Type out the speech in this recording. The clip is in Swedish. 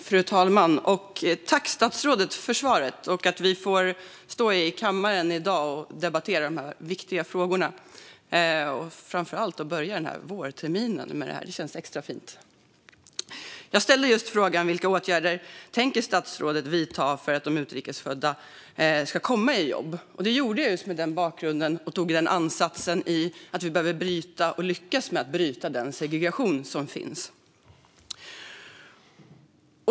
Fru talman! Tack, statsrådet, för svaret och för att vi får debattera dessa viktiga frågor i kammaren i dag. Att börja vårterminen med detta känns extra fint. Jag ställde frågan vilka åtgärder statsrådet tänker vidta för att utrikes födda ska komma i jobb. Det gjorde jag mot bakgrund av och med ansatsen att vi behöver lyckas med att bryta den segregation som finns.